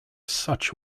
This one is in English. such